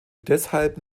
deshalb